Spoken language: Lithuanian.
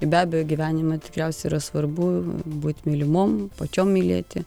be abejo gyvenime tikriausiai yra svarbu būt mylimom pačiom mylėti